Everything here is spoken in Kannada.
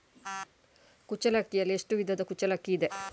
ಕುಚ್ಚಲಕ್ಕಿಯಲ್ಲಿ ಎಷ್ಟು ವಿಧದ ಕುಚ್ಚಲಕ್ಕಿ ಇದೆ?